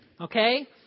Okay